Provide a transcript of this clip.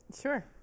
Sure